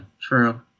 True